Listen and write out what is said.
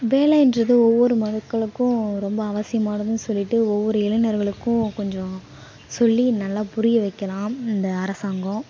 வேலையின்றது ஒவ்வொரு மக்களுக்கும் ரொம்ப அவசியமானதுன்னு சொல்லிட்டு ஒவ்வொரு இளைஞர்களுக்கும் கொஞ்சம் சொல்லி நல்லாப் புரிய வைக்கலாம் இந்த அரசாங்கம்